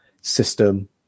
system